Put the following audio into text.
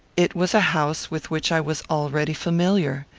it was a house with which i was already familiar.